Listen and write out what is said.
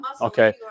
Okay